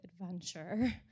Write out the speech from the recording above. adventure